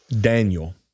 Daniel